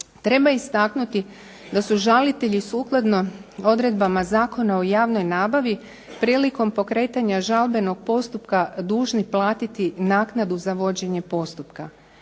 Treba istaknuti da su žalitelji sukladno odredbama Zakona o javnoj nabavi prilikom pokretanja žalbenog postupka dužni platiti naknadu za vođenje postupka.